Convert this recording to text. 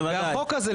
החוק הזה,